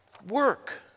Work